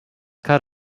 cut